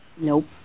Nope